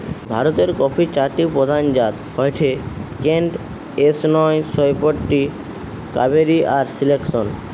ভারতের কফির চারটি প্রধান জাত হয়ঠে কেন্ট, এস নয় শ পয়ষট্টি, কাভেরি আর সিলেকশন